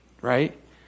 right